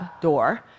door